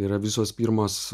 yra visos pirmos